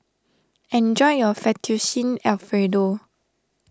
enjoy your Fettuccine Alfredo